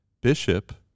Bishop